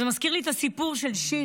זה מזכיר לי את הסיפור של ש',